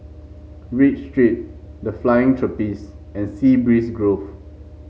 Read Street The Flying Trapeze and Sea Breeze Grove